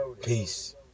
Peace